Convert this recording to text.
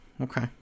okay